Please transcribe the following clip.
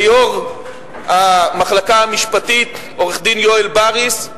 לראש המחלקה המשפטית, עורך-הדין יואל בריס,